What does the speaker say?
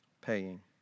paying